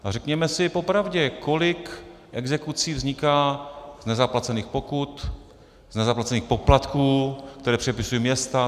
A řekněme si po pravdě, kolik exekucí vzniká z nezaplacených pokut, z nezaplacených poplatků, které předepisují města.